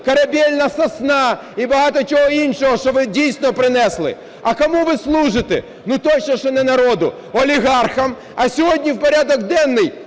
"корабельна сосна" і багато чого іншого, що ви дійсно принесли. А кому ви служите? Ну точно, що не народу, олігархам. А сьогодні в порядок денний